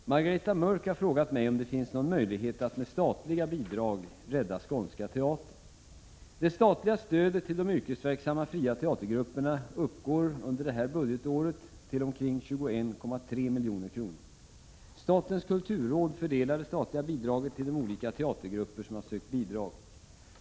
Herr talman! Margareta Mörck har frågat mig om det finns någon möjlighet att med statliga bidrag rädda Skånska teatern. Det statliga stödet till de yrkesverksamma fria teatergrupperna uppgår under innevarande budgetår till ca 21,3 milj.kr. Statens kulturråd fördelar det statliga bidraget till de olika teatergrupper som har sökt bidrag.